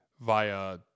via